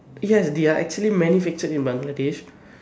ya they are actually manufactured in Bangladesh